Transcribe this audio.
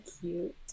cute